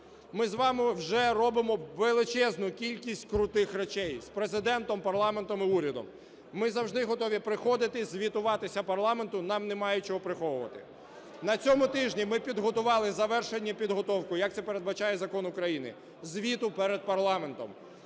Ми з вами вже робимо величезну кількість крутих речей з Президентом, парламентом і урядом. Ми завжди готові приходити і звітуватися парламенту, нам немає чого приховувати. На цьому тижні ми підготували, завершили підготовку, як це передбачає закон України, звіту перед парламентом.